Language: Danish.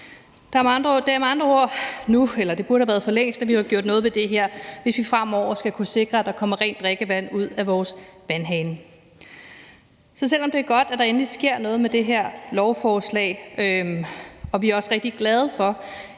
det burde have været for længst, at vi havde gjort noget ved det – hvis vi fremover skal kunne sikre, at der kommer rent drikkevand ud af vores vandhane. Så selv om det er godt, at der endelig sker noget med det her lovforslag – og vi er også rigtig glade for,